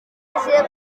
mbashe